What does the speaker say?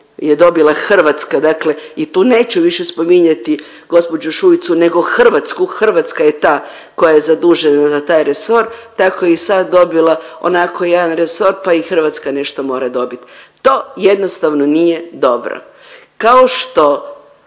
je dobila Hrvatska, dakle i tu neću više spominjati gđu. Šuicu nego Hrvatsku, Hrvatska je ta koja je zadužena za taj resor, tako je i sad dobila onako jedan resor, pa i Hrvatska nešto mora dobit, to jednostavno nije dobro. Kao što